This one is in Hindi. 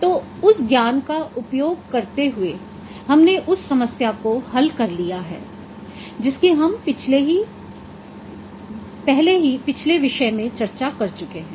तो उस ज्ञान का उपयोग करते हुए हमने उस समस्या को हल कर लिया है जिसकी हम पहले ही पिछले विषय में चर्चा कर चुके हैं